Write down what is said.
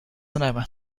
carcinoma